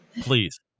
Please